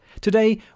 Today